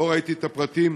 לא ראיתי את הפרטים,